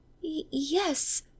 Yes